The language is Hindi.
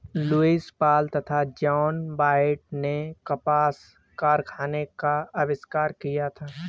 लुईस पॉल तथा जॉन वॉयट ने कपास कारखाने का आविष्कार किया था